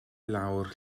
lawr